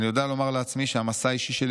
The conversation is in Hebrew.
אני יודע לומר לעצמי שהמסע האישי שלי